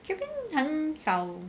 这边很少